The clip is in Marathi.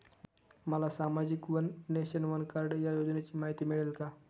मला सामाजिक वन नेशन, वन कार्ड या योजनेची माहिती मिळेल का?